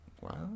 Wow